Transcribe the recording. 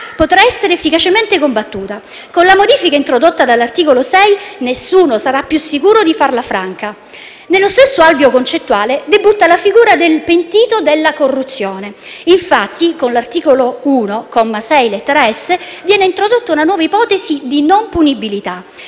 potrà essere efficacemente combattuta. Con la modifica introdotta dall'articolo 6 nessuno sarà più sicuro di farla franca. Nello stesso alveo concettuale debutta la figura del pentito della corruzione. Infatti, con l'articolo 1, comma 6, lettera *s)*, viene introdotta una nuova ipotesi di non punibilità.